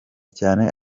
cyane